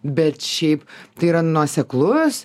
bet šiaip tai yra nuoseklus